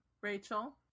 Rachel